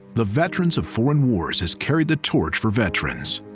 the veterans of foreign wars has carried the torch for veterans.